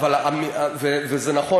זה נכון,